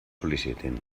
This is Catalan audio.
sol·licitin